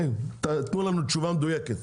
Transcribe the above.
תנו לנו תשובה מדויקת.